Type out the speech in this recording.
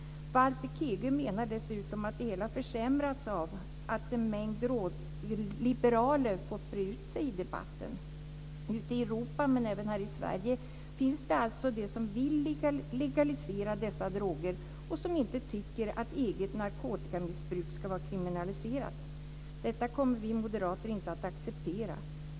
Walter Kegö menar dessutom att det hela försämrats av att en mängd drogliberaler har fått breda ut sig i debatten. Ute i Europa, men även här i Sverige, finns det alltså de som vill legalisera dessa droger och som inte tycker att eget narkotikamissbruk ska vara kriminaliserat. Detta kommer vi moderater inte att acceptera.